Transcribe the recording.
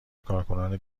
کارکنان